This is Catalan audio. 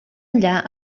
enllà